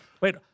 Wait